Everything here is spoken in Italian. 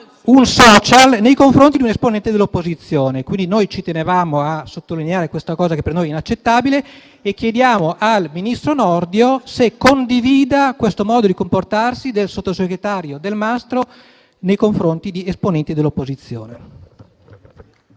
del Governo nei confronti di un esponente dell'opposizione. Noi ci tenevamo a sottolineare questa cosa, che per noi è inaccettabile, e chiediamo al ministro Nordio se condivida questo modo di comportarsi del sottosegretario Delmastro nei confronti di esponenti dell'opposizione.